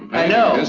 i know,